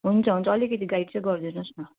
हुन्छ हुन्छ अलिकति गाइड चाहिँ गरिदिनुहोस न